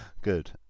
Good